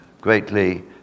greatly